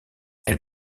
elle